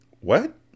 What